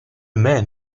man